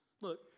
Look